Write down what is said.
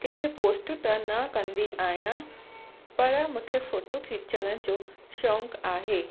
किथे पोस्ट त न कंदी आहियां पर मूंखे फोटो खीचण जो शौक़ु आहे